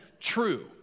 true